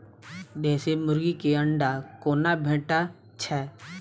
देसी मुर्गी केँ अंडा कोना भेटय छै?